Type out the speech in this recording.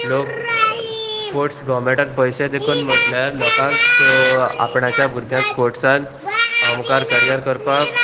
लोक स्पोर्ट्स गोवर्मेंटान पयशे देखून म्हटल्यार लोकांक आपणाच्या भुरग्यांक स्पोर्ट्सान मुखार करियर करपाक